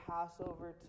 Passover